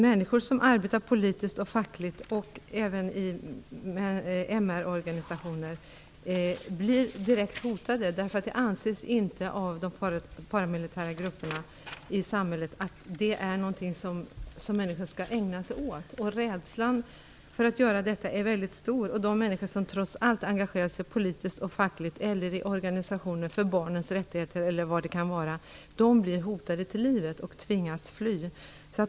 Människor som arbetar politiskt och fackligt och även i MR-organisationer blir direkt hotade. De paramilitära grupperna i samhället anser inte att det är någonting som människor skall ägna sig åt. Rädslan för att göra detta är väldigt stor. De människor som trots allt engagerar sig politiskt och fackligt eller i organisationer för barnens rättigheter och liknande blir hotade till livet och tvingas fly.